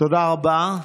תודה רבה.